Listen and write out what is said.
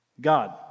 God